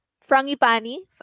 frangipani